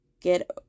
get